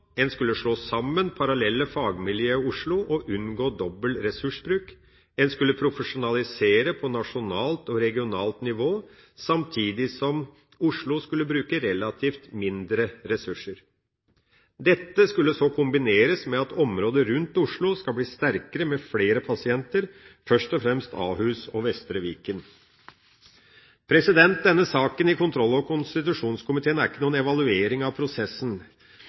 En skulle slå sammen parallelle fagmiljøer i Oslo og unngå dobbel ressursbruk, en skulle profesjonalisere på nasjonalt og regionalt nivå, samtidig som Oslo skulle bruke relativt mindre ressurser. Dette skulle så kombineres med at området rundt Oslo skulle bli sterkere med flere pasienter, først og fremst Ahus og Vestre Viken. Denne saken i kontroll- og konstitusjonskomiteen er ikke noen evaluering av prosessen,